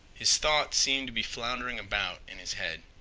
his thoughts seemed to be floundering about in his head.